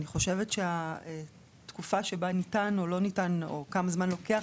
אני חושבת שהתקופה שבה ניתן או לא ניתן או כמה זמן לוקח